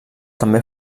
també